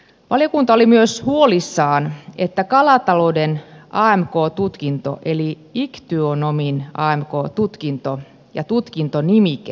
valiokunta oli myös huolissaan että kalatalouden amk tutkinto eli iktyonomin amk tutkinto ja tutkintonimike poistetaan